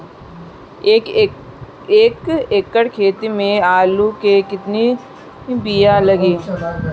एक एकड़ खेती में आलू के कितनी विया लागी?